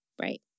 Right